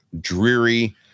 dreary